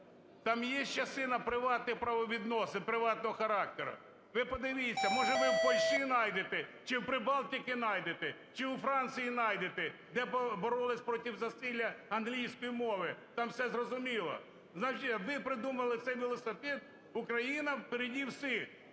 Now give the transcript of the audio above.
Там є частина приватних правовідносини, приватного характеру. Ви подивіться, може, ви в Польщі найдете, чи в Прибалтиці найдете, чи у Франції найдете, де боролися проти засилля англійської мови? Там все зрозуміло. Ви придумали цей велосипед. Україна впереді всіх!